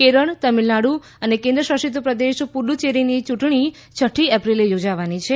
કેરળ તમિળનાડુ અને કેન્દ્ર શાસિત પુડુચ્ચેરીની યુંટણી છઠ્ઠી એપ્રિલે યોજાવાની છે